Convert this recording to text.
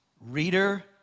reader